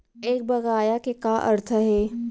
एक बकाया के का अर्थ हे?